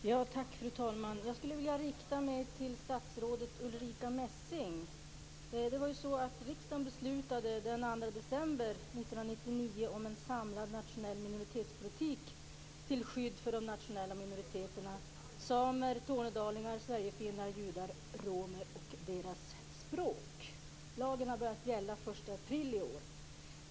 Fru talman! Jag skulle vilja rikta min fråga till statsrådet Ulrica Messing. Riksdagen beslutade den och deras språk. Lagen har börjat gälla den 1 april i år.